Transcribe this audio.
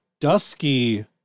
Dusky